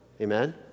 Amen